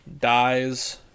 dies